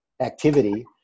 activity